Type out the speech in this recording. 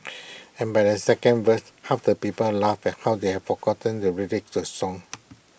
and by the second verse half the people laughed at how they have forgotten the lyrics the song